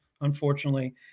unfortunately